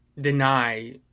deny